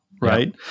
Right